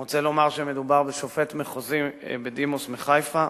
אני רוצה לומר שמדובר בשופט מחוזי בדימוס מחיפה,